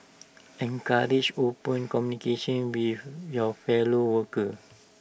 encourage open communication with your fellow workers